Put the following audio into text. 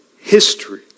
history